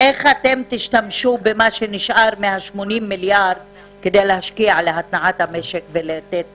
איך אתם תשתמשו במה שנשאר מה-80 מיליארד כדי להשקיע בהתנעת המשק ולתת